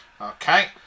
Okay